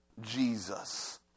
jesus